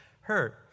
hurt